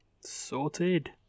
Sorted